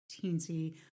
teensy